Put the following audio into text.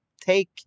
take